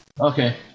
Okay